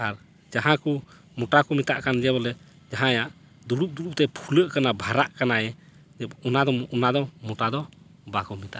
ᱟᱨ ᱡᱟᱦᱟᱸ ᱠᱚ ᱢᱚᱴᱟ ᱠᱚ ᱢᱮᱛᱟᱜ ᱠᱟᱱ ᱜᱮ ᱵᱚᱞᱮ ᱡᱟᱦᱟᱸᱭᱟᱜ ᱫᱩᱲᱩᱵᱼᱫᱩᱲᱩᱵ ᱛᱮ ᱯᱷᱩᱞᱟᱹᱜ ᱠᱟᱱᱟᱭ ᱵᱷᱟᱨᱟᱜ ᱠᱟᱱᱟᱭ ᱡᱮ ᱚᱱᱟ ᱫᱚ ᱚᱱᱟ ᱫᱚ ᱢᱚᱴᱟ ᱫᱚ ᱵᱟᱠᱚ ᱢᱮᱛᱟᱜᱼᱟ